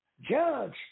judge